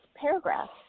paragraph